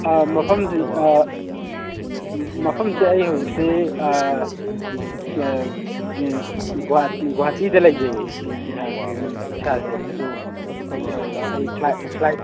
ꯑꯥ ꯃꯐꯝꯁꯤ ꯃꯐꯝꯁꯤ ꯑꯩ ꯍꯧꯖꯤꯛꯁꯤ ꯒꯨꯍꯥꯇꯤꯗ ꯂꯩꯖꯩꯌꯦ ꯑꯩꯍꯥꯛꯇꯤ ꯏꯁꯥꯁꯦ ꯑꯗꯨ ꯑꯩ ꯐ꯭ꯂꯥꯏꯠ